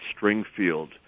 Stringfield